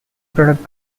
product